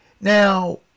now